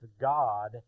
God